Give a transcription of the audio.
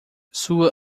sua